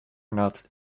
not